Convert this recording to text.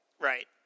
Right